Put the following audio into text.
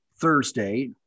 Thursday